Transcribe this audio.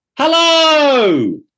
Hello